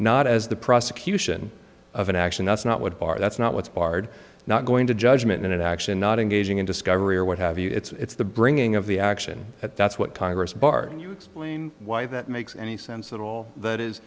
not as the prosecution of an action that's not what bar that's not what's barred not going to judgement action not engaging in discovery or what have you it's the bringing of the action at that's what congress bargained you explain why that makes any sense at all that is